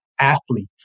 athlete